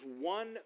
one